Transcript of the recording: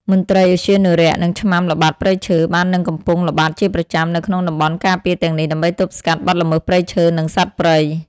មន្ត្រីឧទ្យានុរក្ស និង ឆ្មាំល្បាតព្រៃឈើ បាននិងកំពុងល្បាតជាប្រចាំនៅក្នុងតំបន់ការពារទាំងនេះ ដើម្បីទប់ស្កាត់បទល្មើសព្រៃឈើ និងសត្វព្រៃ។